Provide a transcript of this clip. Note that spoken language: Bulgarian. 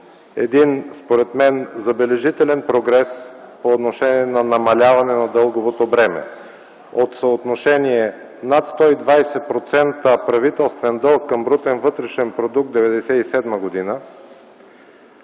един според мен забележителен прогрес по отношение на намаляване на дълговото бреме – от съотношение над 120% правителствен дълг към брутен вътрешен продукт 1997 г.